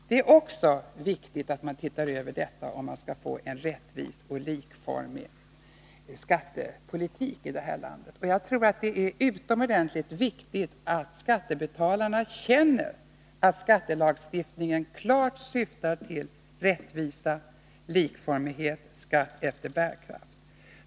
Det är också viktigt att man tittar över detta, om man skall få en rättvis och likformig skattepolitik i vårt land. Jag tror att det är utomordentligt viktigt att skattebetalarna känner att skattelagstiftningen klart syftar till rättvisa, likformighet och skatt efter bärkraft.